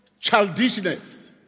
childishness